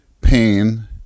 pain